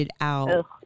out